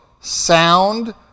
sound